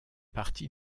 partie